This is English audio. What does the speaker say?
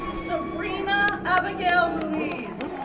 sabrina abigael ruiz,